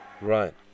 Right